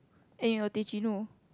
and your teh cino